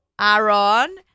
Aaron